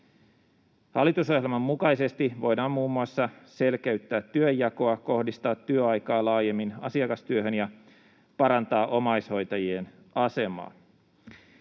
Hallitusohjelman mukaisesti voidaan muun muassa selkeyttää työnjakoa, kohdistaa työaikaa laajemmin asiakastyöhön ja parantaa omaishoitajien asemaa.